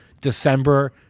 December